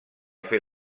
fer